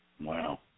Wow